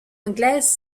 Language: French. anglaises